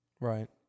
Right